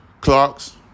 clocks